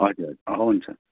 हजुर हुन्छ